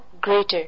greater